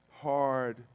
hard